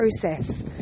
process